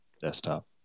desktop